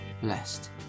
blessed